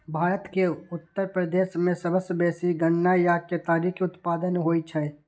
भारत के उत्तर प्रदेश मे सबसं बेसी गन्ना या केतारी के उत्पादन होइ छै